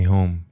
Home